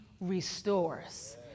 restores